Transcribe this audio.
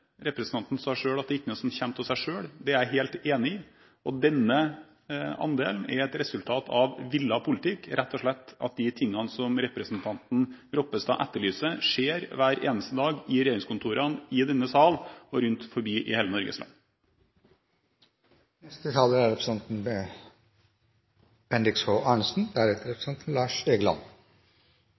Representanten sa at det ikke er noe som kommer av seg selv. Det er jeg helt enig i. Denne andelen er et resultat av villet politikk. Det er rett og slett slik at de tingene som representanten Ropstad etterlyser, skjer hver eneste dag i regjeringskontorene, i denne salen og rundt forbi i hele Norges